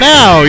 Now